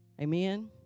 Amen